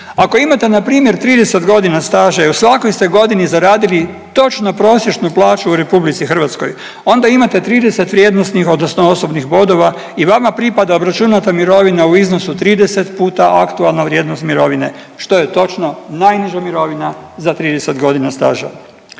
Ako imate npr. 30.g. staža i u svakoj ste godini zaradili točno prosječnu plaću u RH onda imate 30 vrijednosnih odnosno osobnih bodova i vama pripada obračunata mirovina u iznosu 30 puta aktualna vrijednost mirovine, što je točno najniža mirovina za 30.g. staža.